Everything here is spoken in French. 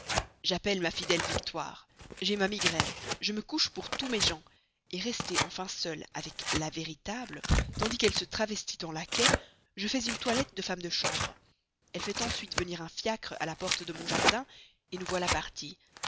j'appelle ma fidèle victoire j'ai ma migraine je me couche pour tous mes gens restée enfin seule avec la véritable tandis qu'elle se travestit en laquais je fais une toilette de femme de chambre elle fait ensuite venir un fiacre à la petite porte de mon jardin nous voilà parties